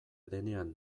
denean